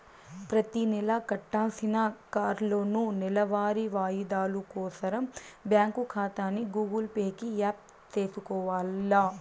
ప్రతినెలా కట్టాల్సిన కార్లోనూ, నెలవారీ వాయిదాలు కోసరం బ్యాంకు కాతాని గూగుల్ పే కి యాప్ సేసుకొవాల